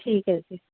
ਠੀਕ ਹੈ ਜੀ